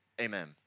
Amen